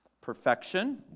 Perfection